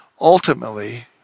ultimately